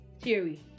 Theory